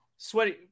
Sweaty